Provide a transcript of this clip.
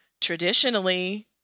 traditionally